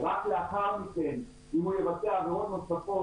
רק לאחר מכן אם הוא יבצע עבירות נוספות,